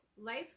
life